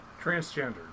Transgender